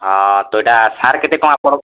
ଅ ତ ଇଟା ସାର କେତେ ଟଙ୍ଗା ପଡ୍